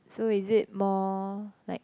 so is it more like